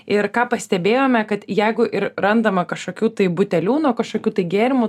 ir ką pastebėjome kad jeigu ir randama kažkokių tai butelių nuo kažkokių tai gėrimų